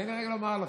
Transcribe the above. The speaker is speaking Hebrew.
תן לי רגע לומר לך.